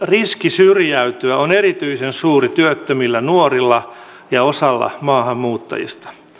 riski syrjäytyä on erityisen suuri työttömillä nuorilla ja osalla maahanmuuttajista